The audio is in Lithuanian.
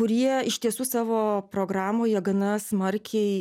kurie iš tiesų savo programoje gana smarkiai